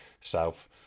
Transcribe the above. south